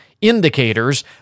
indicators